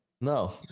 No